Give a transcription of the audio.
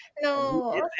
no